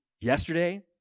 yesterday